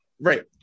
right